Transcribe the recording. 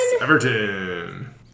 Everton